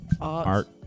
art